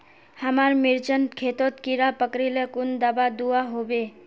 हमार मिर्चन खेतोत कीड़ा पकरिले कुन दाबा दुआहोबे?